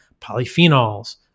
polyphenols